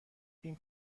این